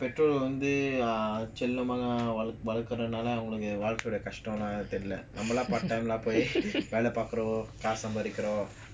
பெற்றோர்கள்வந்துசெல்லமாவளக்குறதாலஅவங்களுக்குவாழ்க்கையோடகஷ்டம்லாம்தெரிலநம்மத்தான்:pettorkal vandhu sellama valakurathala avangaluku valkayoda kastamlam therila nammathan part time lah பொய்வேலபாக்குறோம்காசுசம்பாதிக்கிறோம்:poi vela pakurom kaasu sambathikirom